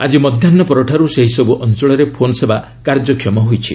ଆଜି ମଧ୍ୟାହ୍ନ ପରଠାରୁ ସେହିସବୁ ଅଞ୍ଚଳରେ ଫୋନ୍ ସେବା କାର୍ଯ୍ୟକ୍ଷମ ହୋଇଛି